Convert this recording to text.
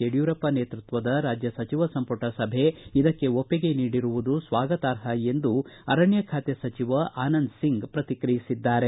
ಯಡಿಯೂರಪ್ಪ ನೇತೃತ್ವದ ರಾಜ್ಯ ಸಚಿವ ಸಂಪುಟ ಸಭೆ ಇದಕ್ಕೆ ಒಪ್ಪಿಗೆ ನೀಡಿರುವುದು ಸ್ವಾಗತಾರ್ಹ ಎಂದು ಅರಣ್ಯ ಖಾತೆ ಸಚಿವ ಆನಂದ ಸಿಂಗ್ ಪ್ರತಿಕ್ರಿಯಿಸಿದ್ದಾರೆ